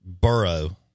Burrow